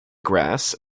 grass